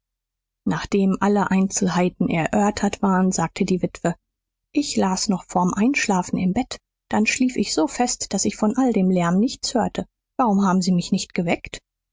nachdem alle einzelheiten erörtert waren sagte die witwe ich las noch vorm einschlafen im bett dann schlief ich so fest daß ich von all dem lärm nichts hörte warum haben sie mich nicht geweckt